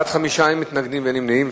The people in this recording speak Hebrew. בעד, 5, אין מתנגדים ואין נמנעים.